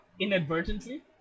inadvertently